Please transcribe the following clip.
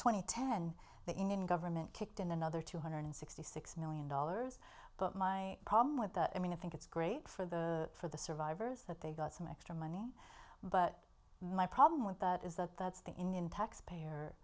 and ten the indian government kicked in another two hundred sixty six million dollars but my problem with that i mean i think it's great for the for the survivors that they got some extra money but my problem with that is that that's the in tax payer